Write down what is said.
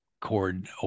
cord